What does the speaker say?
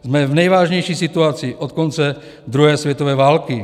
Jsme v nejvážnější situaci od konce druhé světové války.